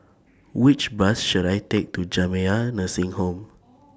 Which Bus should I Take to Jamiyah Nursing Home